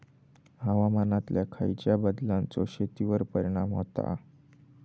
हवामानातल्या खयच्या बदलांचो शेतीवर परिणाम होता?